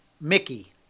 Mickey